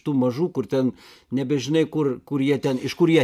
tų mažų kur ten nebežinai kur kurie ten iš kur jie